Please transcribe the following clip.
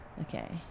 okay